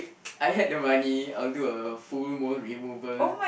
I had the money I'll do a full mole removal